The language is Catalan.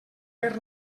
per